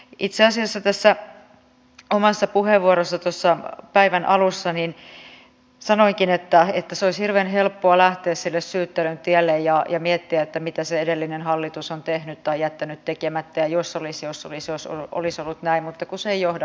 itse asiassa omassa puheenvuorossani päivän alussa sanoinkin että olisi hirveän helppoa lähteä sille syyttelyn tielle ja miettiä mitä se edellinen hallitus on tehnyt tai jättänyt tekemättä ja jos olisi jos olisi ja jos olisi ollut näin mutta kun se ei johda mihinkään